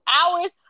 hours